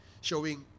showing